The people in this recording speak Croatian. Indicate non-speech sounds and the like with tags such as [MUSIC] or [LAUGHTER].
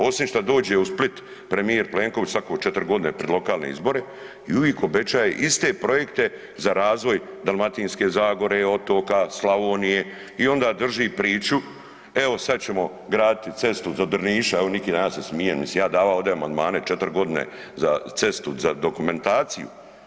Osim što dođe u Split premijer Plenković svako 4 godine pred lokalne izbore i uvijek obećaje iste projekte za razvoj Dalmatinske zagore, otoka, Slavonije i onda drži priču, evo sad ćemo graditi cestu do Drništa, evo ... [UNINTELLIGIBLE] smije, nisam ja davao ovde amandmane 4 godine za cestu za dokumentaciju.